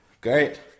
great